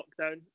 lockdown